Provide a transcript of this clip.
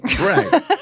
Right